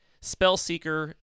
Spellseeker